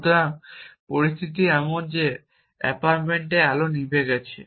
সুতরাং পরিস্থিতি এমন যে অ্যাপার্টমেন্টে আলো নিভে গেছে